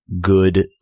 good